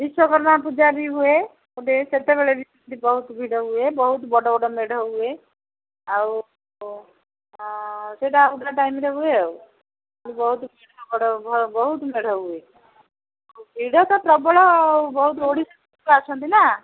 ବିଶ୍ୱକର୍ମା ପୂଜା ବି ହୁଏ ଗୋଟେ ସେତେବେଳେ ବି ବହୁତ ଭିଡ଼ ହୁଏ ବହୁତ ବଡ଼ ବଡ଼ ମେଢ଼ ହୁଏ ଆଉ ସେଟା ଆଉ ଗୋଟେ ଟାଇମ୍ରେ ହୁଏ ଆଉ ବହୁତ ମେଢ଼ ବହୁତ ମେଢ଼ ହୁଏ ଭିଡ଼ ତ ପ୍ରବଳ ବହୁତ ସାରା ଓଡ଼ିଶା ଆସନ୍ତି ନା